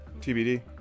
TBD